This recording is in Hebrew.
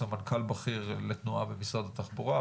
סמנכ"ל בכיר לתנועה במשרד התחבורה,